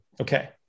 okay